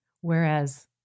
Whereas